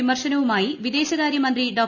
വിമർശനവുമായി വിദേശകാര്യമന്ത്രി ഡോ